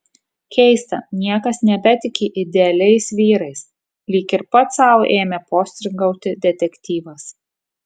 keista niekas nebetiki idealiais vyrais lyg ir pats sau ėmė postringauti detektyvas